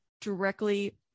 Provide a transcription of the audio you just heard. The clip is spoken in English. directly